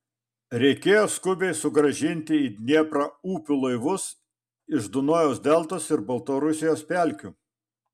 reikėjo skubiai sugrąžinti į dnieprą upių laivus iš dunojaus deltos ir baltarusijos pelkių